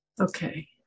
Okay